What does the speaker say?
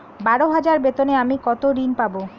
বারো হাজার বেতনে আমি কত ঋন পাব?